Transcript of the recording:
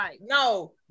No